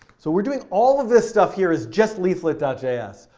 so we're doing all of this stuff here as just leaflet ah js.